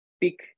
pick